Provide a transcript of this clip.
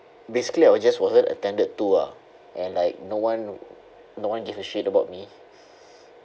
basically I was just wasn't attended to ah and like no one no one give a shit about me